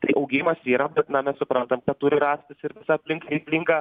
tai augimas yra bet na mes suprantam kad turi rastis ir visa aplinka reikalinga